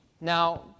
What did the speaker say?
Now